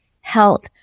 health